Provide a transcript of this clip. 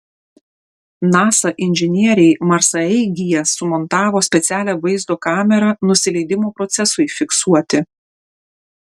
nasa inžinieriai marsaeigyje sumontavo specialią vaizdo kamerą nusileidimo procesui fiksuoti